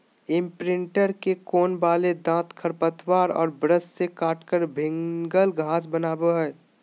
imprinter के कोण वाले दांत खरपतवार और ब्रश से काटकर भिन्गल घास बनावैय हइ